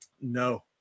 No